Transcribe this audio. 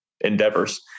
endeavors